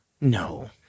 No